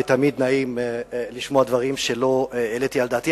ותמיד נעים לשמוע דברים שלא העליתי על דעתי.